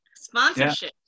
sponsorship